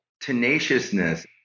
tenaciousness